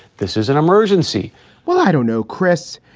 this is an emergency well, i don't know, chris.